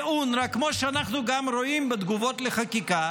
באונר"א, כמו שאנחנו רואים גם בתגובות לחקיקה,